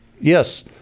Yes